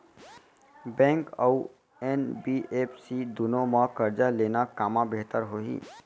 Bank अऊ NBFC दूनो मा करजा लेना कामा बेहतर होही?